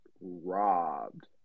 robbed